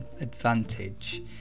advantage